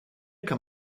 kann